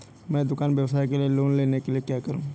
मैं दुकान व्यवसाय के लिए लोंन लेने के लिए क्या करूं?